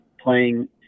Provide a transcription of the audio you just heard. playing